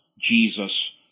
Jesus